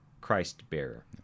Christ-bearer